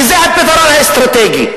כי זה הפתרון האסטרטגי.